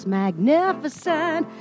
magnificent